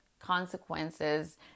consequences